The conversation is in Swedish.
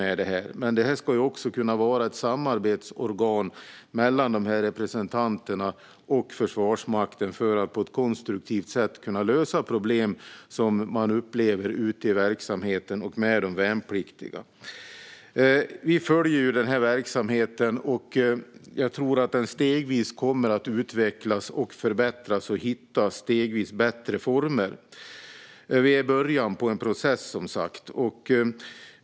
Pliktrådet ska också kunna vara ett samarbetsorgan mellan representanterna och Försvarsmakten för att på ett konstruktivt sätt kunna lösa problem som man upplever ute i verksamheten och för de värnpliktiga. Vi följer verksamheten, och jag tror att den stegvis kommer att utvecklas, förbättras och hitta bättre former. Vi är som sagt i början av en process.